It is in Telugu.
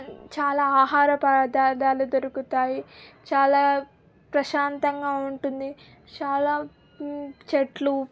చాలా ఆహార పదార్థాలు దాంట్లో దొరుకుతాయి చాలా ప్రశాంతంగా ఉంటుంది చాలా చెట్లు